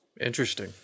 Interesting